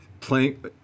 playing